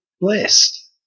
blessed